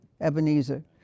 Ebenezer